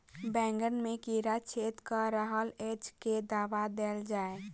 बैंगन मे कीड़ा छेद कऽ रहल एछ केँ दवा देल जाएँ?